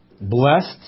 Blessed